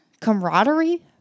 camaraderie